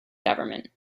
government